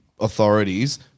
authorities